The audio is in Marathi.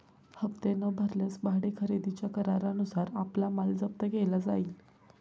हप्ते न भरल्यास भाडे खरेदीच्या करारानुसार आपला माल जप्त केला जाईल